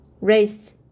raised